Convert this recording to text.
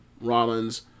Rollins